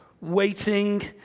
Waiting